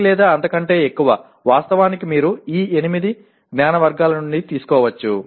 ఒకటి లేదా అంతకంటే ఎక్కువ వాస్తవానికి మీరు ఈ 8 జ్ఞాన వర్గాల నుండి తీసుకోవచ్చు